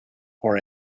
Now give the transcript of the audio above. for